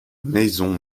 maisons